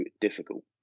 difficult